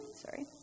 sorry